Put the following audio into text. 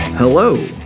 Hello